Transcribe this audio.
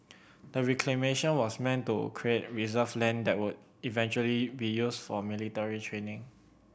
the reclamation was meant to create reserve land that would eventually be used for military training